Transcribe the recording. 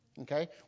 Okay